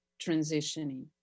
transitioning